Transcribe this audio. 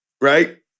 right